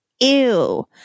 ew